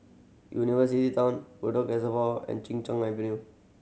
University Town Bedok Reservoir and Chin Cheng Avenue